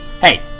Hey